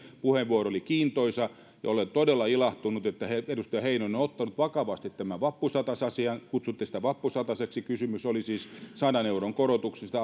puheenvuoro oli kiintoisa ja olen todella ilahtunut että edustaja heinonen on ottanut vakavasti tämän vappusatasasian kutsutte sitä vappusataseksi kysymys oli siis sadan euron korotuksista